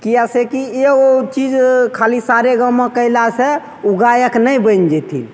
किएक से कि एगो चीज खाली सा रे गा मा केलासँ उ गायक नहि बनि जेथिन